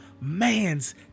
man's